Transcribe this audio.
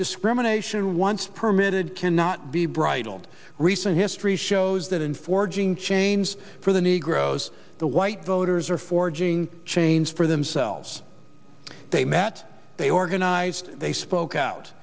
discrimination once permitted cannot be bridled recent history shows that in forging chains for the negroes the white voters are forging chains for themselves they met they organized they spoke out